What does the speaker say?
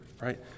right